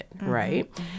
Right